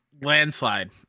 landslide